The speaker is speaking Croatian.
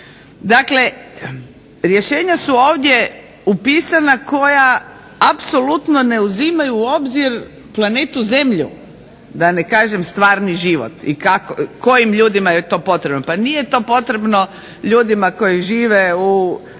Dakle, rješenja su ovdje upisana koja apsolutno ne uzimaju u obzir planetu Zemlju da ne kažem stvarni život i kojim ljudima je to potrebno. Pa nije to potrebno ljudima koji žive sa